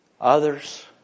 Others